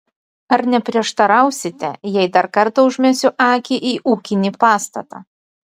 ar neprieštarausite jei dar kartą užmesiu akį į ūkinį pastatą